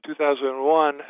2001